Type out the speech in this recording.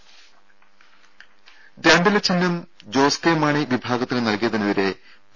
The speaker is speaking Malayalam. ദേദ രണ്ടില ചിഹ്നം ജോസ് കെ മാണി വിഭാഗത്തിന് നൽകിയതിനെതിരെ പി